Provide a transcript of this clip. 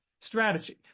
strategy